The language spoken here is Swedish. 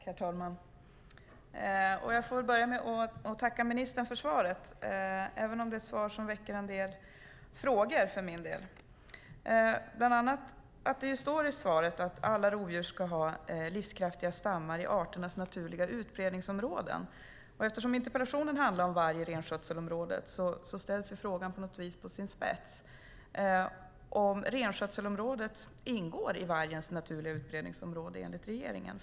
Herr talman! Jag får börja med att tacka ministern för svaret, även om det är ett svar som väcker en del frågor för min del. Det står bland annat i svaret att alla "rovdjur ska ha livskraftiga stammar i arternas naturliga utbredningsområden". Eftersom interpellationen handlar om varg i renskötselområdet ställs frågan på sin spets, om renskötselområdet ingår i vargens naturliga utbredningsområde enligt regeringen.